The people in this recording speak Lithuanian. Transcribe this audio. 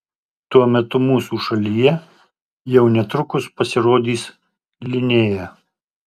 tuo metu mūsų šalyje jau netrukus pasirodys linea